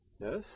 yes